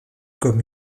comme